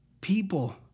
people